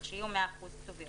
מזה, כך שיהיו 100% כתוביות.